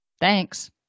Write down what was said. thanks